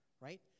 right